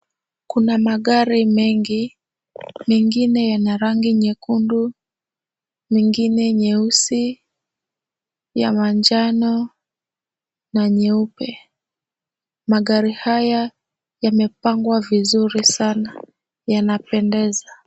Kuna magari mengi, mengine yana rangi nyekundu, mengine nyeusi, ya manjano na nyeupe. Magari haya yamepangwa vizuri sana. Yanapendeza.